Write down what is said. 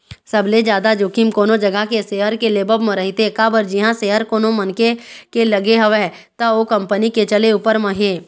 सबले जादा जोखिम कोनो जघा के सेयर के लेवब म रहिथे काबर जिहाँ सेयर कोनो मनखे के लगे हवय त ओ कंपनी के चले ऊपर म हे